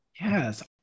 Yes